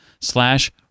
slash